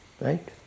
Right